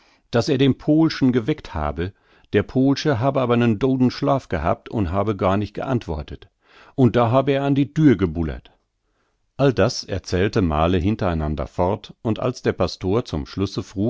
daß er den pohlschen geweckt habe der pohlsche hab aber nen dodenschlaf gehabt und habe gar nich geantwortet und da hab er an die dhür gebullert all das erzählte male hintereinander fort und als der pastor zum schlusse